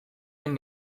den